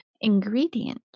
ingredient